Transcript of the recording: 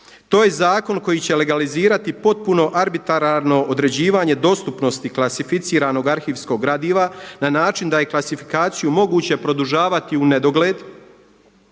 To je zakon koji će legalizirati potpuno arbitrarno određivanje dostupnosti klasificiranog arhivskog gradiva na način da je klasifikaciju moguće produžavati u nedogled